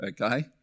okay